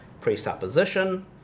presupposition